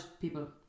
people